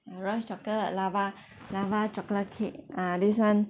uh Royce chocolate lava lava chocolate cake ah this [one]